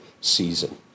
season